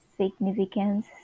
significance